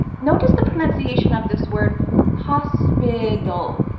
notice the pronunciation of this word hospital.